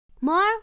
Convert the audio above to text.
More